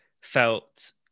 felt